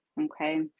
Okay